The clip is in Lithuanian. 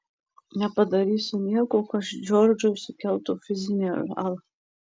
nepadarysiu nieko kas džordžui sukeltų fizinę žalą